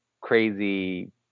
crazy